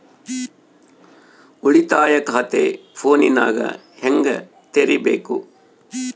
ಉಳಿತಾಯ ಖಾತೆ ಫೋನಿನಾಗ ಹೆಂಗ ತೆರಿಬೇಕು?